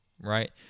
Right